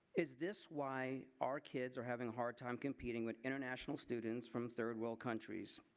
is this why our kids are having a hard time competing with international students from third world countries?